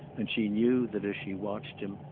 and she knew that as she watched him,